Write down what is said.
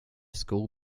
school